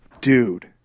dude